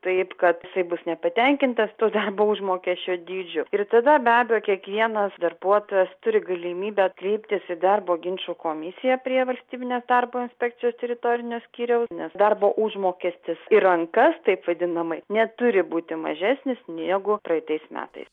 taip kad jisai bus nepatenkintas tuo darbo užmokesčio dydžiu ir tada be abejo kiekvienas darbuotojas turi galimybę kreiptis į darbo ginčų komisiją prie valstybinės darbo inspekcijos teritorinio skyriaus nes darbo užmokestis į rankas taip vadinamai neturi būti mažesnis negu praeitais metais